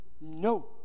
no